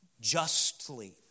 justly